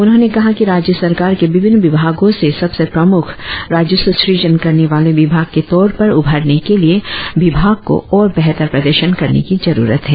उन्होंने कहा की राज्य सरकार के विभिन्न विभागो से सबसे प्रमुख राजस्व सृजन करने वाले विभाग के तौर पर उभरने के लिए विभाग को ओर बेहतर प्रदर्शन करने की जरुरत है